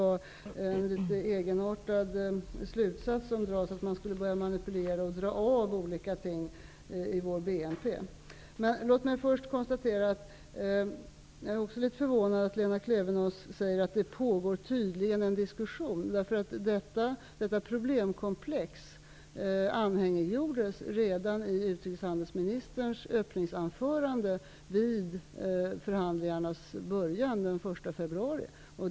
Slutsatsen som hon drar, nämligen att det skulle manipuleras och olika saker i vår BNP skulle dras av, är ju något egenartad. Jag är också förvånad över att Lena Klevenås säger att det tydligen pågår en diskussion. Detta problemkomplex anhängiggjordes redan vid förhandlingarnas början den 1 februari i utrikeshandelsministerns öppningsanförande.